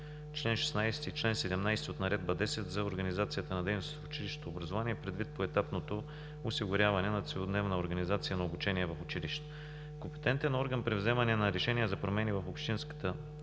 чл. 16 и чл. 17 от Наредба № 10 за организация на дейностите в училищното образование предвид поетапното осигуряване на целодневна организация на обучение в училищата. Компетентен орган при вземане на решения за промени в общинската